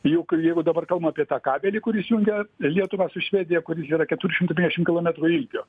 juk jeigu dabar kalbam apie tą kabelį kuris jungia lietuvą su švedija kur yra keturių šimtų penkiasdešim kilometrų ilgio